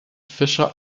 fischer